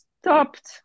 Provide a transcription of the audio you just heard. stopped